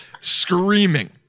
screaming